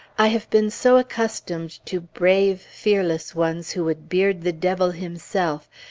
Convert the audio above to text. i have been so accustomed to brave, fearless ones, who would beard the devil himself,